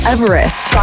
Everest